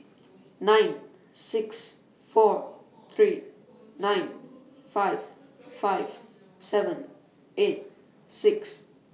nine six four three nine five five seven eight six